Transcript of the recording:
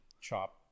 chop